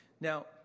Now